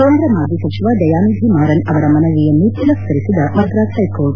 ಕೇಂದ್ರ ಮಾಜಿ ಸಚಿವ ದಯಾನಿಧಿ ಮಾರನ್ ಅವರ ಮನವಿಯನ್ನು ತಿರಸ್ತರಿಸಿದ ಮದ್ರಾಸ್ ಷ್ಯೆಕೋರ್ಟ್